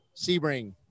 Sebring